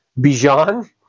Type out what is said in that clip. Bijan